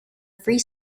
free